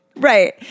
Right